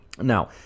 Now